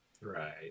right